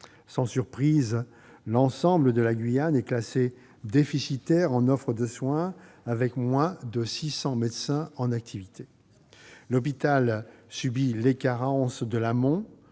Sans surprise, l'ensemble de la Guyane est classé déficitaire en offre de soins, avec moins de 600 médecins en activité. L'hôpital subit les carences de l'amont-